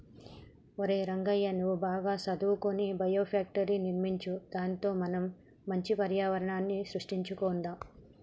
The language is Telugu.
ఒరై రంగయ్య నువ్వు బాగా సదువుకొని బయోషెల్టర్ర్ని నిర్మించు దానితో మనం మంచి పర్యావరణం సృష్టించుకొందాం